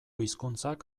hizkuntzak